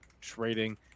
trading